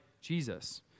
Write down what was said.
Jesus